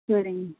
சரிங்க